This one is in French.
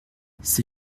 ces